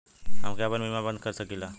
हमके आपन बीमा बन्द कर सकीला?